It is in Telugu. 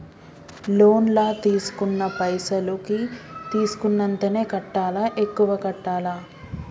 లోన్ లా తీస్కున్న పైసల్ కి తీస్కున్నంతనే కట్టాలా? ఎక్కువ కట్టాలా?